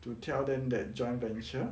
to tell them that joint venture